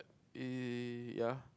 eh ya